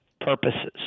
purposes